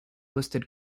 listed